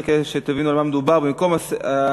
כדי שתבינו על מה מדובר: "במקום הסיפה